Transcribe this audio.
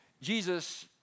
Jesus